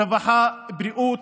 רווחה ובריאות,